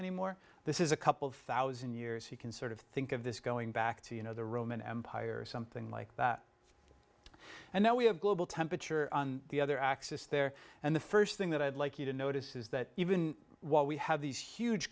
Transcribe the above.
anymore this is a couple of thousand years you can sort of think of this going back to you know the roman empire or something like that and now we have global temperature on the other axis there and the first thing that i'd like you to notice is that even while we have these huge